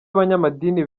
abanyamadini